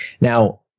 Now